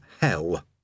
hell